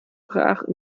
brach